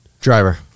driver